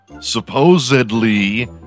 Supposedly